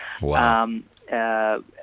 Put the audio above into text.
Wow